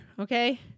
okay